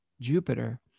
Jupiter